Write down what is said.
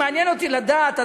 מעניין אותי לדעת,